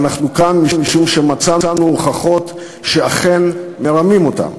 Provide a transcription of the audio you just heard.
ואנחנו כאן משום שמצאנו הוכחות שאכן מרמים אותן.